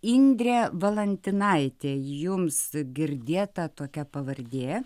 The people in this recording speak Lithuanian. indrė valantinaitė jums girdėta tokia pavardė